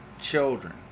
children